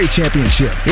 championship